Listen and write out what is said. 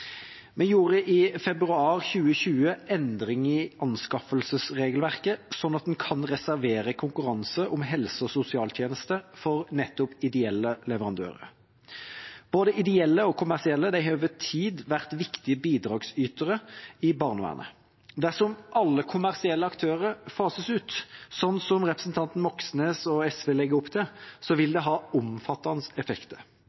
Vi gjorde i februar 2020 endringer i anskaffelsesregelverket slik at en kan reservere konkurranser om helse- og sosialtjenester for nettopp ideelle leverandører. Både ideelle og kommersielle har over tid vært viktige bidragsytere i barnevernet. Dersom alle kommersielle aktører fases ut, slik representanten Moxnes og SV legger opp til, vil